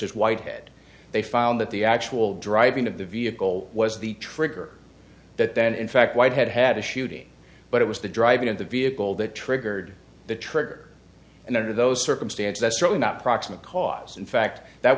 as whitehead they found that the actual driving of the vehicle was the trigger that then in fact white had had a shooting but it was the driving of the vehicle that triggered the trigger and under those circumstances that's really not proximate cause in fact that